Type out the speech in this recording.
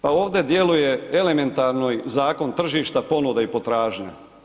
Pa ovdje djeluje elementarno zakon tržišta ponuda i potražnja.